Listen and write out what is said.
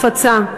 הפצה.